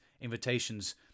invitations